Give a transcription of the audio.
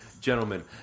gentlemen